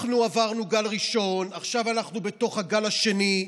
אנחנו עברנו גל ראשון, עכשיו אנחנו בתוך הגל שני,